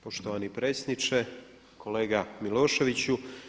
Poštovani predsjedniče, kolega Miloševiću.